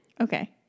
Okay